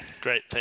Great